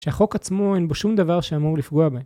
שהחוק עצמו אין בו שום דבר שאמור לפגוע בה.